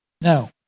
Now